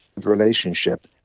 relationship